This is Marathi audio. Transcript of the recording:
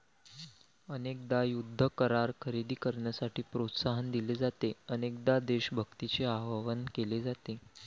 अनेकदा युद्ध करार खरेदी करण्यासाठी प्रोत्साहन दिले जाते, अनेकदा देशभक्तीचे आवाहन केले जाते